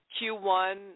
q1